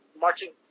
marching